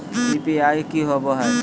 UPI की होवे हय?